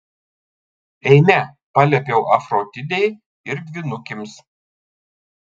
eime paliepiau afroditei ir dvynukėms